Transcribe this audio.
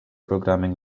programming